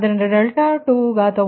ಆದ್ದರಿಂದ 2 ∆2 0